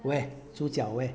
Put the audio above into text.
where 猪脚 where